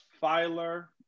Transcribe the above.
Filer